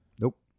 Nope